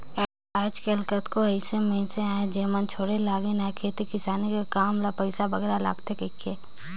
आएज काएल केतनो अइसे मइनसे अहें जेमन छोंड़े लगिन अहें खेती किसानी कर काम ल पइसा बगरा लागथे कहिके